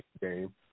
game